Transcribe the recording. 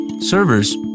servers